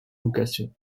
vocation